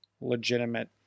legitimate